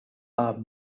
are